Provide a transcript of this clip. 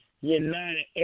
United